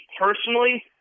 personally